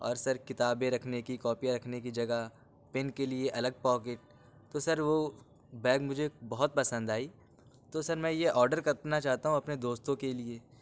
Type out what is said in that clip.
اور سر کتابیں رکھنے کی کاپیاں رکھنے کی جگہ پین کے لیے الگ پاکیٹ تو سر وہ بیگ مجھے بہت پسند آئی تو سر میں یہ آڈر کرنا چاہتا ہوں اپنے دوستوں کے لیے